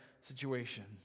situation